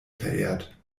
verehrt